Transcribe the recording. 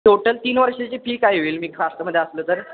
total तीन वर्षाची fee काय होईल मी खास्टमध्ये असलं तर